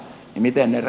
miten er